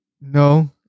No